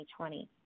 2020